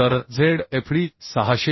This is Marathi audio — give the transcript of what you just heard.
तरZfd 624